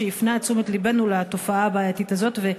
שהפנה את תשומת לבנו לתופעה הבעייתית הזאת.